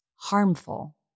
harmful